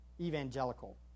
Evangelical